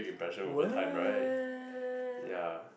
what